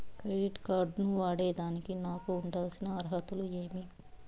Credit card ను వాడేదానికి నాకు ఉండాల్సిన అర్హతలు ఏమి?